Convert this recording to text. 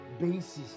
basis